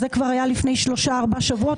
זה כבר היה לפני שלושה-ארבעה שבועות.